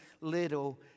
little